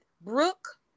Brooke